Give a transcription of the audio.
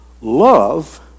Love